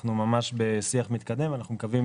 אנחנו ממש בשיח מתקדם ואנחנו מקווים